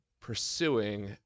pursuing